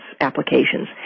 applications